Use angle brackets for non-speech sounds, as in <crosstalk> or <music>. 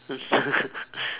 <laughs>